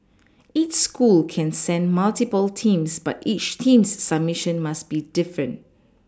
each school can send multiple teams but each team's subMission must be different